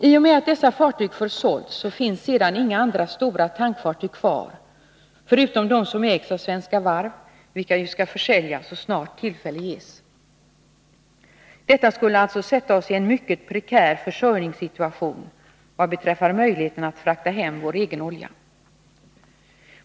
I och med att dessa fartyg försålts finns inga andra stora tankfartyg kvar förutom de som ägs av Svenska Varv, vilka ju skall försäljas så snart tillfälle ges. Detta skulle alltså försätta oss i en mycket prekär försörjningssituation vad beträffar möjligheten att frakta hem vår egen olja.